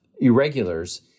irregulars